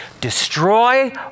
Destroy